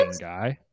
guy